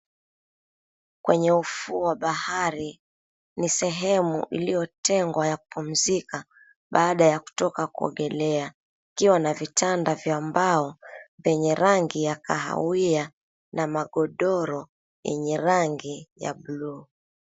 Kwenye ufuo wa bahari ni sehemu iliyotengwa ya kupumzika baada ya kutoka kuogelea ikiwa na vitanda vya mbao vyenye rangi ya kahawia na magodoro yenye rangi ya buluu.